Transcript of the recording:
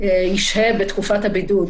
ישהה בתקופת הבידוד,